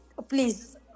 please